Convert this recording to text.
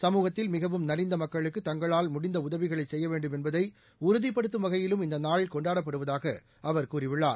சமூகத்தில் மிகவும் நலிந்தமக்களுக்கு தங்களால் முடிந்தஉதவிகளைசெய்யவேண்டும் என்பதைஉறுதிப்படுத்தும் வகையிலும் இந்தநாள் கொண்டாடப்படுவதாகஅவர் கூறியுள்ளார்